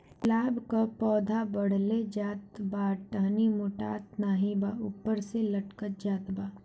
गुलाब क पौधा बढ़ले जात बा टहनी मोटात नाहीं बा ऊपर से लटक जात बा?